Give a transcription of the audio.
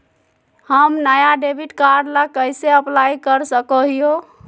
हम नया debit card ला कइसे अप्लाई कर सको हियै?